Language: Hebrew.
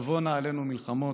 ותבואנה עלינו מלחמות".